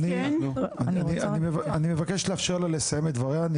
אני מבקש לאפשר לה לסיים את דבריה.